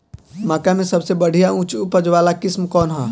मक्का में सबसे बढ़िया उच्च उपज वाला किस्म कौन ह?